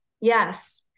Yes